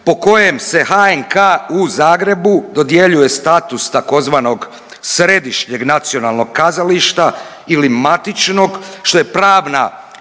po kojem se HNK u Zagrebu dodjeljuje status tzv. središnjeg nacionalnog kazališta ili matičnog što je pravna